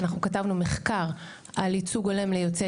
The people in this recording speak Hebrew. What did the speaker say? ואנחנו כתבנו מחקר על ייצוג הולם ליוצאי